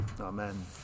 Amen